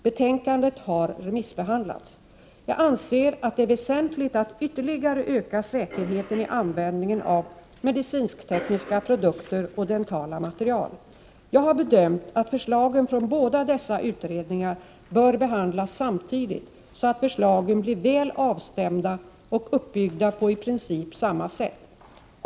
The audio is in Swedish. Betänkandet har remissbehandlats. Jag anser att det är väsentligt att ytterligare öka säkerheten i användningen av medicintekniska produkter och dentala material. Jag har bedömt att förslagen från båda dessa utredningar bör behandlas samtidigt så att förslagen blir väl avstämda och uppbyggda på i princip samma sätt.